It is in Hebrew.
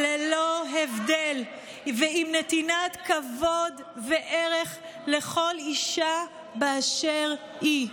ללא הבדל ועם נתינת כבוד וערך לכל אישה באשר היא.